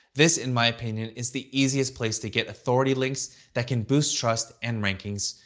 this, in my opinion, is the easiest place to get authority links that can boost trust and rankings,